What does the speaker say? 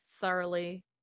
thoroughly